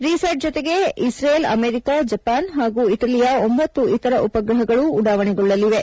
ರಿಸ್ಯಾಟ್ ಜತೆಗೆ Israel America Japan ಹಾಗೂ ಇಟಲಿಯ ಒಂಬತ್ತು ಇತರ ಉಪ ಗ್ರಹಗಳೂ ಉಡಾವಣೆಗೊಳ್ಳಲಿವೆ